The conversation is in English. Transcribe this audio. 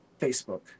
Facebook